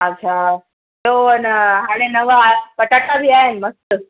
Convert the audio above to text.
अच्छा उहो आहिनि हाणे नवां पटाटा बि आहिनि मस्तु